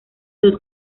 dos